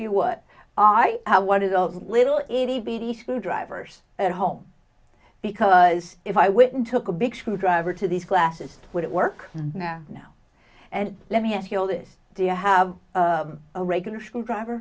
you what i what do those little itty bitty screwdrivers at home because if i went in took a big screwdriver to these glasses would it work now now and let me ask you all this do you have a regular screwdriver